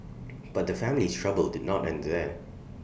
but the family's trouble did not end there